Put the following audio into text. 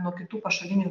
nuo kitų pašalinių